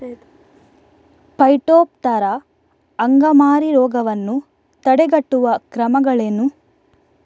Phytophthora ಅಂಗಮಾರಿ ರೋಗವನ್ನು ತಡೆಗಟ್ಟುವ ಕ್ರಮಗಳೇನು?